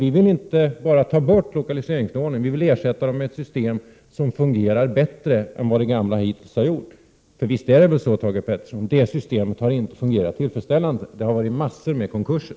Vi vill inte bara ta bort lokaliseringslånen, utan vi vill ersätta dem med ett system som fungerar bättre än det gamla hittills har gjort. Visst är det så, Thage Peterson, att systemet inte fungerat tillfredsställande. Det har varit mängder av konkurser.